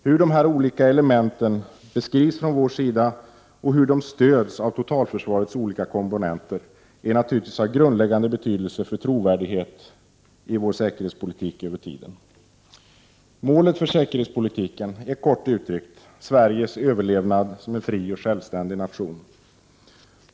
Hur dessa olika element beskrivs från vår sida och hur de stöds av totalförsvarets olika komponenter är naturligtvis av grundläggande betydelse för trovärdigheten i vår säkerhetspolitik på sikt. Målet för säkerhetspolitiken är kort uttryckt Sveriges överlevnad som en fri och självständig nation.